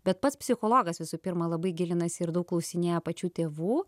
bet pats psichologas visų pirma labai gilinasi ir daug klausinėja pačių tėvų